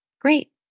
great